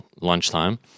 lunchtime